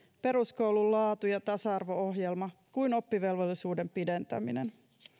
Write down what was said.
peruskoulun laatu ja tasa arvo ohjelma kuin oppivelvollisuuden pidentäminen